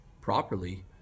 properly